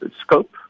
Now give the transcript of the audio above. scope